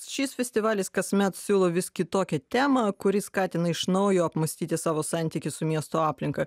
šis festivalis kasmet siūlo vis kitokią temą kuri skatina iš naujo apmąstyti savo santykį su miesto aplinka